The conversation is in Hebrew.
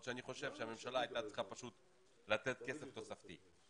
שאני חושב שהממשלה הייתה צריכה פשוט לתת כסף תוספתי.